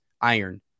iron